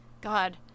god